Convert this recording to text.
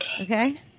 Okay